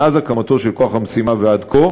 מאז הקמתו של כוח המשימה ועד כה